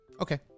okay